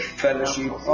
fellowship